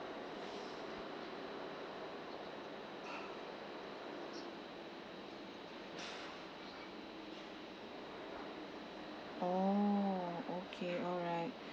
oh okay alright